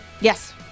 Yes